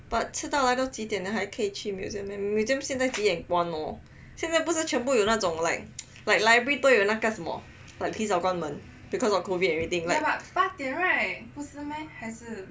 but 吃到来都几点还可以去 museuem meh museum 现在几点关现在不是全部有那种 like like library 不是提早关门 like because of COVID and everything